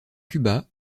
cuba